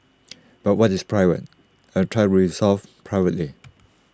but what is private I will try to resolve privately